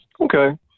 Okay